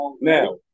now